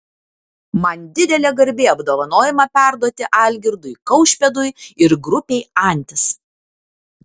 man didelė garbė apdovanojimą perduoti algirdui kaušpėdui ir grupei antis